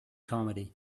comedy